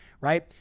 right